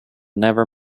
never